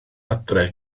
adre